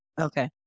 Okay